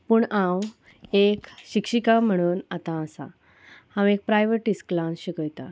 पूण हांव एक शिक्षिका म्हणून आतां आसा हांव एक प्रायवेट इस्कुलान शिकोयतां